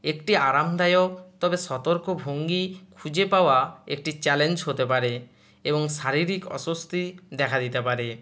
একটি আরামদায়ক তবে সতর্ক ভঙ্গি খুঁজে পাওয়া একটি চ্যালেঞ্জ হতে পারে এবং শারীরিক অস্বস্তি দেখা দিতে পারে